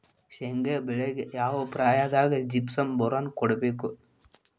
ಶೇಂಗಾ ಬೆಳೆಗೆ ಯಾವ ಪ್ರಾಯದಾಗ ಜಿಪ್ಸಂ ಬೋರಾನ್ ಕೊಡಬೇಕು?